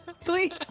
please